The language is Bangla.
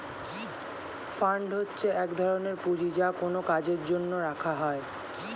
ফান্ড হচ্ছে এক ধরনের পুঁজি যা কোনো কাজের জন্য রাখা হয়